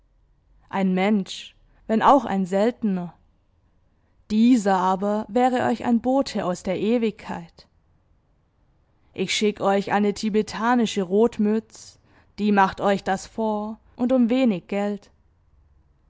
ein mensch wenn auch ein seltener dieser aber wäre euch ein bote aus der ewigkeit ich schick euch eine tibetanische rotmütz die macht euch das vor und um wenig geld